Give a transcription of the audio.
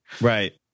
Right